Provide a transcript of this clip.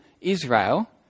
Israel